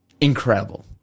Incredible